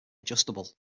adjustable